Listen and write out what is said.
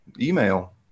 email